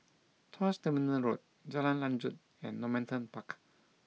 Tuas Terminal Road Jalan Lanjut and Normanton Park